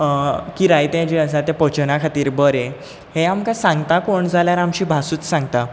किरायतें जें आसा तें पचना खातीर बरें हें आमकां सांगता कोण जाल्यार आमची भासूच सांगता